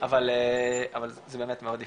אבל זה באמת מאוד ייחודי.